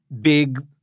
big